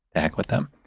back with them?